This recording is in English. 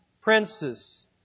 Princess